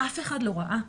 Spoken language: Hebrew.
אף אחד לא ראה,